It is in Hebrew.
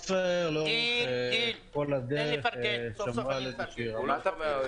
ישראייר פועלת ברמת פעילות כזו- -- לא שומעים אותך.